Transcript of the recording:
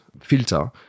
filter